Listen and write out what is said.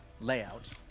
layout